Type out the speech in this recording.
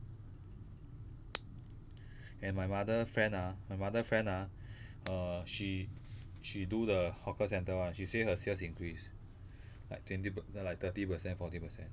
and my mother friend ah my mother friend ah err she she do the hawker centre one she say her sales increased like twenty pe~ like thirty percent forty percent